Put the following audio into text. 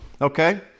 Okay